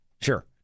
sure